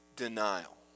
denial